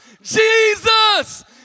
Jesus